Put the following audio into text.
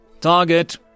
Target